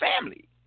family